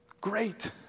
great